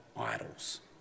idols